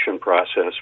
process